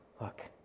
look